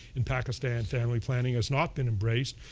in pakistan, family planning has not been embraced.